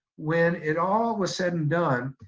when it all was said and done,